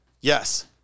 Yes